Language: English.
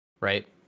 right